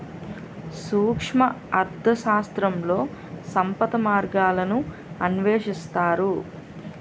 సూక్ష్మ అర్థశాస్త్రంలో సంపద మార్గాలను అన్వేషిస్తారు